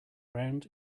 round